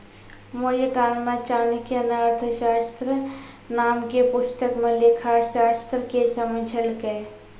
मौर्यकाल मे चाणक्य ने अर्थशास्त्र नाम के पुस्तक मे लेखाशास्त्र के समझैलकै